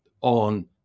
on